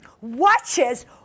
watches